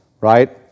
right